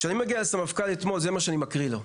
כשאני מגיע לסמפכ״ל אתמול זה מה שאני מקריא לו: